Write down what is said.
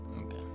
Okay